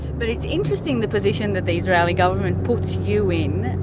but it's interesting the position that the israeli government puts you in.